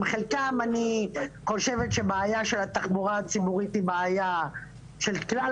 עם חלקם אני חושבת שהבעיה של התחבורה הציבורית היא בעיה של כלל